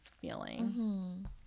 feeling